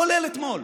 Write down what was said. כולל אתמול,